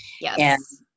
Yes